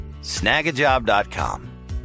snagajob.com